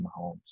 Mahomes